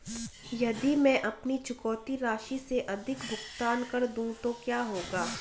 यदि मैं अपनी चुकौती राशि से अधिक भुगतान कर दूं तो क्या होगा?